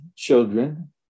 Children